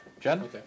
Jen